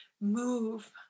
move